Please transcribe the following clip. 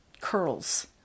curls